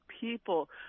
people